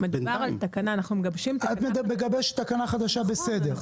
אנחנו מגבשים תקנה --- את מגבשת תקנה חדשה בסדר.